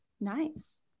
Nice